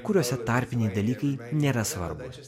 kuriuose tarpiniai dalykai nėra svarbūs